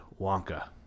Wonka